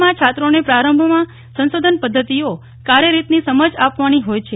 માં છાત્રોને પ્રારંભમાં સંશોધન પદ્ધતિઓ કાર્યરીતની સમજ આપવાની હોય છે